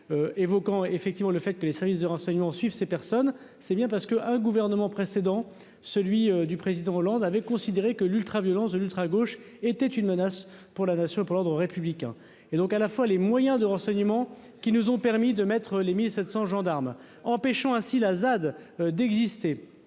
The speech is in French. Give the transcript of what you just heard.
évoquant effectivement le fait que les services de renseignements suivent ces personnes, c'est bien parce que un gouvernement précédent, celui du président Hollande avait considéré que l'ultra violence de l'ultra-gauche était une menace pour la nation pour l'ordre républicain et donc à la fois les moyens de renseignement qui nous ont permis de mettre les 1000 700 gendarmes, empêchant ainsi la ZAD d'exister